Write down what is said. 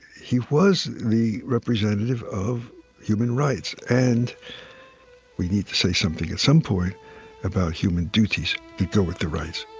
he was the representative of human rights and we need to say something at some point about human duties that go with the rights